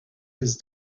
his